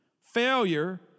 Failure